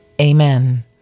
Amen